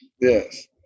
yes